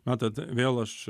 matot vėl aš